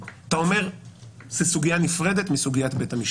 אתה אומר שזאת סוגיה נפרדת מסוגיית בית המשפט.